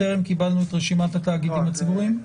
טרם קיבלנו את רשימת התאגידים הציבוריים.